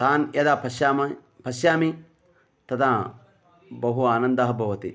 तान् यदा पश्यामि पश्यामि तदा बहु आनन्दः भवति